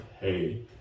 hey